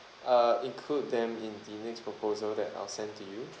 uh include them in the next proposal that I'll send to you